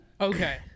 Okay